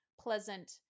pleasant